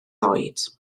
oed